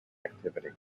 activity